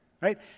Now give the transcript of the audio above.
Right